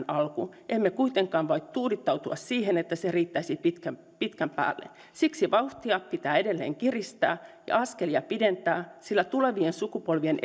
alku emme kuitenkaan voi tuudittautua siihen että se riittäisi pitkän pitkän päälle siksi vauhtia pitää edelleen kiristää ja askelia pidentää sillä tulevien sukupolvien